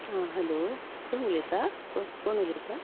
आं हॅलो कोण उलयतां कोण उलयतां